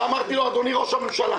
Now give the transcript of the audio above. אמרתי לו: אדוני ראש הממשלה,